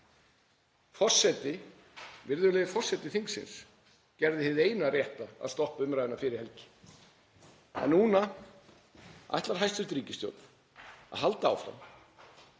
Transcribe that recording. þetta. Virðulegur forseti þingsins gerði hið eina rétta að stoppa umræðuna fyrir helgi en nú ætlar hæstv. ríkisstjórn að halda áfram